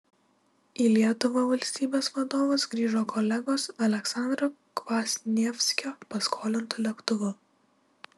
į lietuvą valstybės vadovas grįžo kolegos aleksandro kvasnievskio paskolintu lėktuvu